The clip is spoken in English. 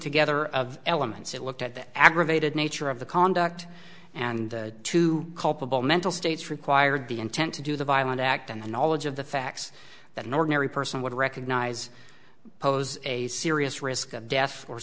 together of elements it looked at the aggravated nature of the conduct and two culpable mental states required the intent to do the violent act and the knowledge of the facts that an ordinary person would recognize pose a serious risk of death or